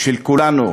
של כולנו